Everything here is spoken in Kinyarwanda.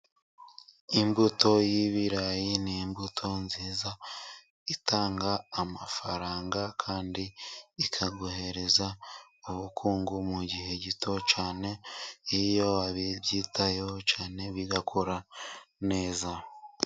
Imbuto y'ibirayi ni imbuto nziza, itanga amafaranga kandi ikakohereza ubukungu mu gihe gito cyane, iyo wabyitayeho cyane bigakora neza.